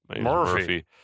Murphy